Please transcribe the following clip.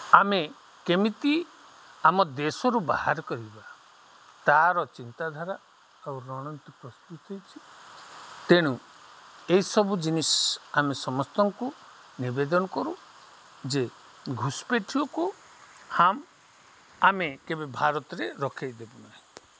ଆମେ କେମିତି ଆମ ଦେଶରୁ ବାହାର କରିବା ତାର ଚିନ୍ତାଧାରା ଆଉ ରଣନୀତି ପ୍ରସ୍ତୁତ ହୋଇଛି ତେଣୁ ଏଇସବୁ ଜିନିଷ୍ ଆମେ ସମସ୍ତଙ୍କୁ ନିବେଦନ କରୁ ଯେ ଘୁଷପେଠିକୁ ହମ୍ ଆମେ କେବେ ଭାରତରେ ରଖେଇ ଦେବୁନାହିଁ